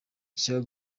ishyaka